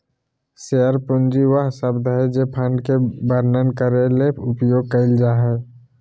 share पूंजी वह शब्द हइ जे फंड के वर्णन करे ले उपयोग कइल जा हइ